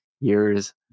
years